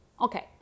okay